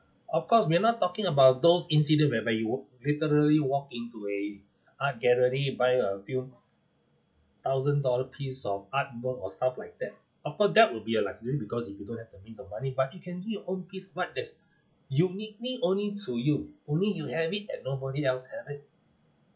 of course we're not talking about those incident whereby you would literally walk into a art gallery buy a few thousand dollar piece of artwork or stuff like that of course that will be a luxury because if you don't have the means of money but you can do own piece art that's uniquely only to you only you have it and nobody else have it